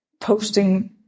posting